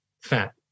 fat